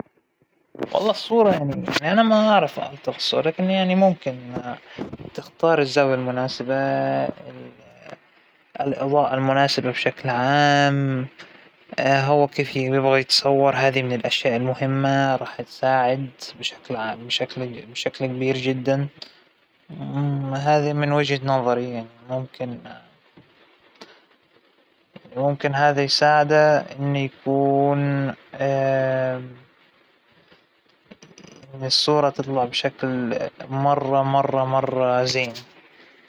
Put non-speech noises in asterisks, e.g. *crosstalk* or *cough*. أول شى بتختار المكان الإضائة فيه مرة جيدة، *hesitation* يكون خلفية تبعوا حلوة مشان تبان بالصورة تكون واضحة، *hesitation* بنختار الوضعية اللى بيوقف بيها الشخص اللى راح نصوره، بتكون وضعية كريتف مظبطة مع الصورة ما بتبين الديفوهات بجسمه، ما بتبين أى عيوب بالخلفية بس.